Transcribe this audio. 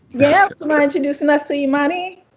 yeah mind introducing us to imani?